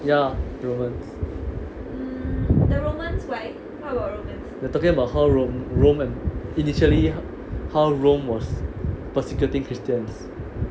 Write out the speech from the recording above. ya romans they're talking about how rome roman initially how rome was persecuting christians